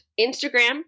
Instagram